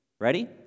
Ready